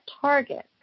target